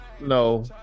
No